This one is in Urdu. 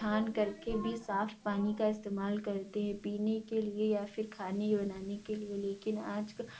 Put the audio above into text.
چھان کر کے بھی صاف پانی کا استعمال کرتے ہیں پینے کے لیے یا پھر کھانے بنانے کے لیے لیکن آج کل